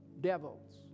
devils